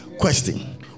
Question